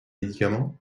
médicaments